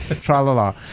Tralala